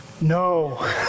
No